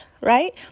right